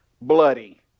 bloody